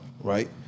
right